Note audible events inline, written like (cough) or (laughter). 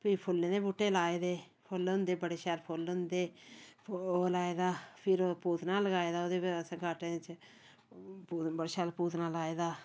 फ्ही फुल्लें दे बूहटे लाए दे फुल्ल होंदे बड़े शैल फुल्ल होंदे ओह् लाए दा फिर ओह् पूतना लगाए दा ओह्दे च (unintelligible) च बड़ा शैल पूतना लाए दा